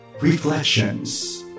Reflections